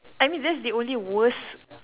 I mean that's the only worst